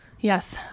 Yes